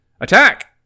attack